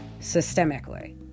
systemically